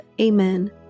Amen